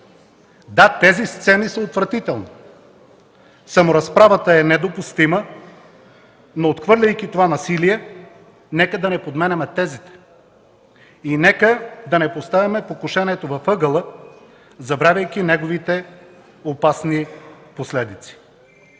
Да, тези сцени са отвратителни. Саморазправата е недопустима, но отхвърляйки това насилие, нека да не подменяме тезата. И нека да не поставяме покушението в ъгъла, забравяйки неговите опасни последици.